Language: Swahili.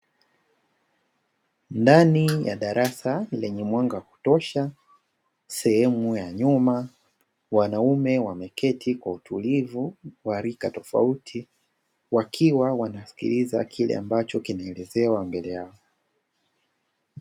Ndani ya darasa lenye mwanga wa kutosha, sehemu ya nyuma wanaume wameketi kwa utulivu wa rika tofauti, wakiwa wanasikiliza kile ambacho kinaelezewa mbele yao.